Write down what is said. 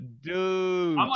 dude